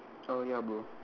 uh ya bro